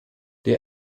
der